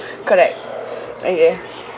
correct okay